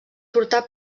portar